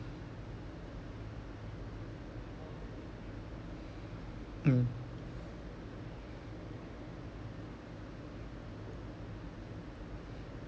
mm